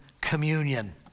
communion